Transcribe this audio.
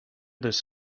this